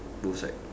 both side